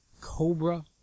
Cobra